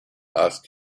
ask